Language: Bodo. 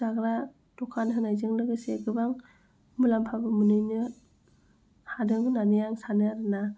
जाग्रा दखान होनायजों लोगोसे गोबां मुलाम्फाबो मोननोबो हादों होननानै आं सानो आरो ना